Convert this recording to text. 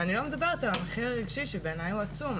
ואני לא מדברת על המחיר הרגשי שבעיניי הוא עצום.